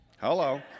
Hello